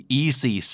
easy